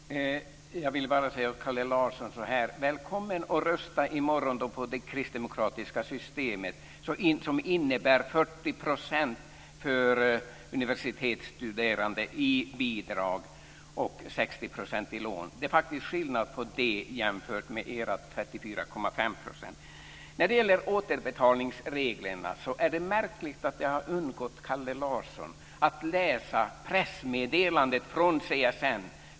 Fru talman! Jag vill bara säga följande till Kalle Larsson: Välkommen i morgon att rösta på det kristdemokratiska systemet! Det innebär för universitetsstuderande 40 % i bidrag och 60 % i lån. Det är faktiskt skillnad på det jämfört med era 34,5 %. När det gäller återbetalningsreglerna är det märkligt att Kalle Larsson har undgått att läsa pressmeddelandet från CSN.